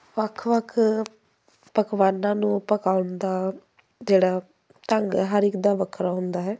ਵੱਖ ਵੱਖ ਪਕਵਾਨਾਂ ਨੂੰ ਆਪਾਂ ਪਕਾਉਣ ਦਾ ਜਿਹੜਾ ਢੰਗ ਹਰ ਇੱਕ ਦਾ ਵੱਖਰਾ ਹੁੰਦਾ ਹੈ